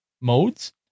modes